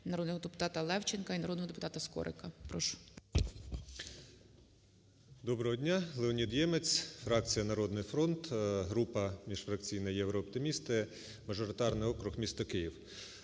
народного депутатаЛевченка і народного депутата Скорика. Прошу. 13:55:52 ЄМЕЦЬ Л.О. Доброго дня! Леонід Ємець, фракція "Народний фронт", група міжфракційна "Єврооптимісти", мажоритарний округ місто Київ.